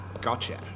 gotcha